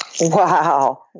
wow